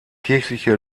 kirchliche